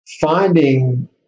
finding